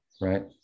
right